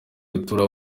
gutura